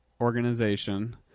organization